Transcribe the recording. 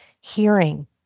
hearing